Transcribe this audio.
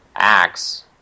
acts